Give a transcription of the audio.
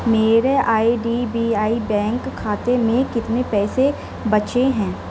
میرے I D B I bank کھاتے میں کتنے پیسے بچے ہیں